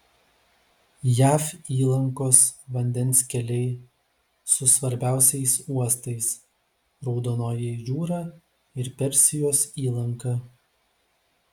jav įlankos vandens keliai su svarbiausiais uostais raudonoji jūra ir persijos įlanka